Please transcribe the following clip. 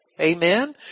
Amen